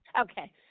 Okay